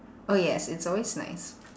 oh yes it's always nice